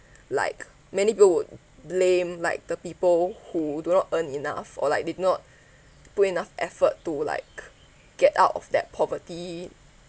like many people would blame like the people who do not earn enough or like did not put enough effort to like get out of that poverty